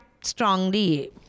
strongly